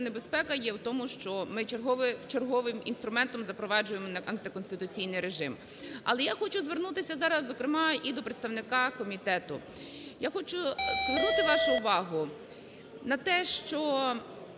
небезпека є у тому, що ми черговим інструментом запроваджуємо антиконституційний режим. Але я хочу звернутися зараз, зокрема і до представника комітету. Я хочу звернути вашу увагу на те, що